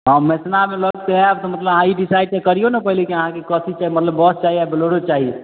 हम मेसनामे लऽ के आएब तऽ मतलब अहाँ ई डिसाइड करिऔ ने पहिले कि अहाँकेँ कथी चाही मतलब बस चाही या बलेरो चाही